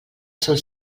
sol